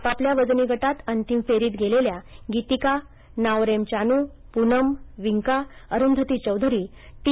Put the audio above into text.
आपापल्या वजनी गटात अंतिम फेरीत गेलेल्या गीतिका नाओरेम चानू पूनम विंका अरुंधती चौधरी टी